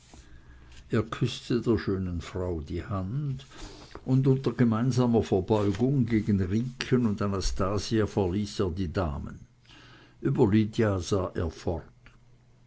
er küßte der schönen frau die hand und unter gemessener verbeugung gegen riekchen und anastasia verließ er die damen über lydia sah er